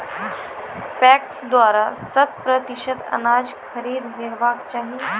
PACS द्वारा शत प्रतिसत अनाज खरीद हेवाक चाही?